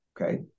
Okay